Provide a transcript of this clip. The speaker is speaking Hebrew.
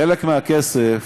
חלק מהכסף